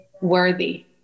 worthy